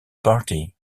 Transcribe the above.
party